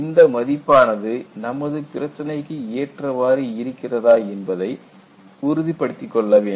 இந்த மதிப்பானது நமது பிரச்சினைக்கு ஏற்றவாறு இருக்கிறதா என்பதை உறுதிப்படுத்தி கொள்ள வேண்டும்